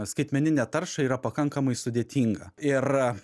skaitmeninę taršą yra pakankamai sudėtinga ir